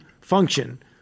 function